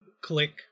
Click